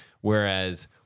Whereas